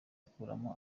akuramo